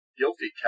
guilty